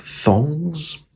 thongs